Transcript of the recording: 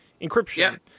encryption